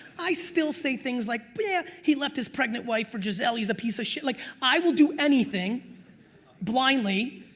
i still say things like yeah he left his pregnant wife for gisele, he's a piece of shit, like i will do anything blindly.